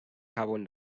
carbon